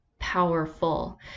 powerful